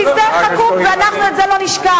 כי זה חקוק, ואנחנו את זה לא נשכח.